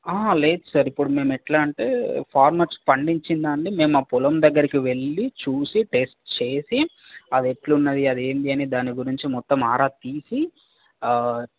లేదు సార్ ఇప్పుడు మేము ఎట్లా అంటే ఫార్మర్స్ పండించిన దాన్ని మేము ఆ పొలం దగ్గరకి వెళ్ళి చూసి టెస్ట్ చేసి అవి ఎట్లున్నవి అదేంది అని దాని గురించి మొత్తం ఆరా తీసి